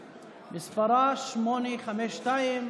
מס' 852,